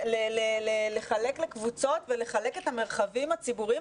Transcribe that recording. לחלק לקבוצות ולחלק את המרחבים הציבוריים?